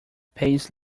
pays